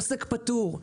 עוסק פטור,